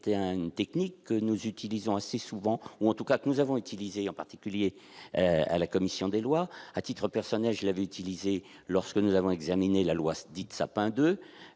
était à une technique que nous utilisons aussi souvent ou en tout cas que nous avons utilisé en particulier à la commission des lois à titre personnel, je l'avais utilisé lorsque nous avons examiné la loi dite sapin 2